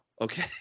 Okay